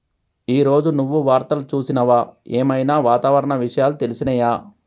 ఈ రోజు నువ్వు వార్తలు చూసినవా? ఏం ఐనా వాతావరణ విషయాలు తెలిసినయా?